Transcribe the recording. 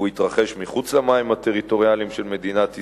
הוא התרחש מחוץ למים הטריטוריאליים של מדינת ישראל,